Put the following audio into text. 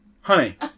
Honey